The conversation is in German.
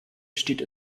steht